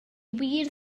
wir